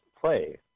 play